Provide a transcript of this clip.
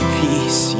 peace